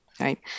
right